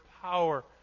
power